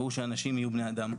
והוא שאנשים יהיו בני אדם.